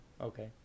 Okay